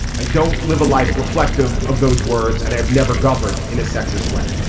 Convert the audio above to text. i don't live a life reflective of those words, and i've never governed in a sexist way.